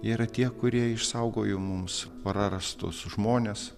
jie yra tie kurie išsaugojo mums prarastus žmones